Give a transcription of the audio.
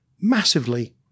massively